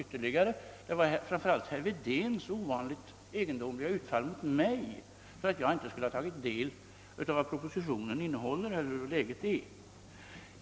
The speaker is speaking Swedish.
Det föranleds framför allt av herr Wedéns ovanligt egendomliga utfall mot mig för att jag inte skulle ha tagit del av vad propositionen innehåller.